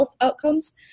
outcomes